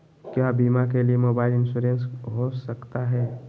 क्या बीमा के लिए मोबाइल इंश्योरेंस हो सकता है?